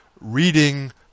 Reading